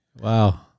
Wow